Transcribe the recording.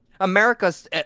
America's